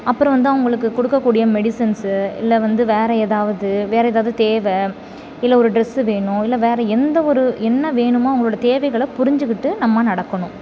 அப்புறம் வந்து அவங்களுக்கு கொடுக்கக்கூடிய மெடிசன்ஸு இல்லை வந்து வேறு ஏதாவது வேறு ஏதாவது தேவை இல்லை ஒரு ட்ரெஸ்ஸு வேணும் இல்லை வேறு எந்த ஒரு என்ன வேணுமோ அவங்களோட தேவைகளை புரிஞ்சுக்கிட்டு நம்ம நடக்கணும்